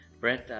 Brent